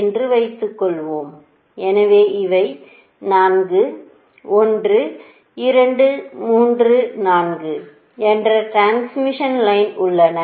என்று வைத்துக்கொள்வோம் எனவே இவை 4 1 2 3 4 என்ற டிரான்ஸ்மிஷன் லைன் உள்ளன